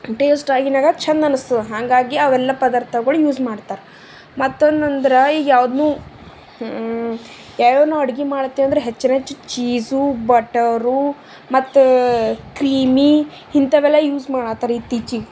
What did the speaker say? taste ಆಗಿನ್ಯಾಗ ಛಂದನಿಸ್ತದ ಹಂಗಾಗಿ ಅವೆಲ್ಲ ಪದಾರ್ಥಗುಳು ಯೂಸ್ ಮಾಡ್ತಾರ ಮತ್ತೊಂದಂದ್ರೆ ಈಗ ಯಾವ್ದನ್ನೂ ಯಾವ್ಯಾವ ನಾವು ಅಡಿಗೆ ಮಾಡ್ಲತ್ತೇವಂದ್ರೆ ಹೆಚ್ಚಿನಾಗ ಚೀಸು ಬಟರು ಮತ್ತು ಕ್ರೀಮಿ ಇಂಥವೆಲ್ಲ ಯೂಸ್ ಮಾಡ್ಲತ್ತರ ಇತ್ತೀಚಿಗೆ